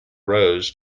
rose